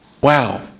wow